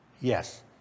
Yes